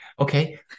Okay